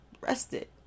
rested